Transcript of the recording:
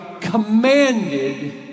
commanded